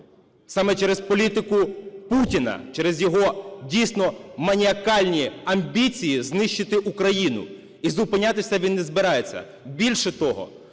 саме через політику Путіна, через його, дійсно, маніакальні амбіції знищити Україну, і зупинятися він не збирається. Більше того,